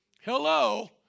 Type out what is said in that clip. Hello